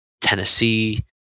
Tennessee